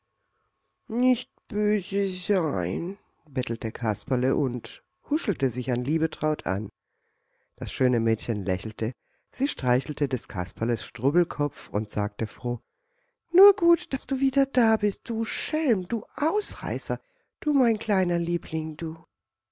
nicht böse sein bettelte kasperle und huschelte sich an liebetraut an das schöne mädchen lächelte sie streichelte des kasperles strubelkopf und sagte froh nur gut daß du wieder da bist du schelm du ausreißer du mein kleiner liebling du